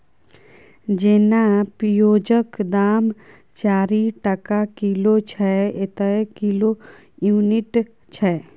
जेना पिओजक दाम चारि टका किलो छै एतय किलो युनिट छै